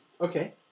Okay